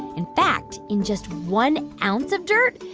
in fact, in just one ounce of dirt,